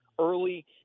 Early